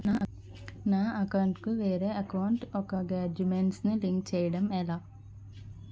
నా అకౌంట్ కు వేరే అకౌంట్ ఒక గడాక్యుమెంట్స్ ను లింక్ చేయడం ఎలా?